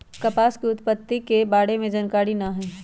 कपास के उत्पत्ति के बारे में जानकारी न हइ